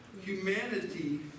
humanity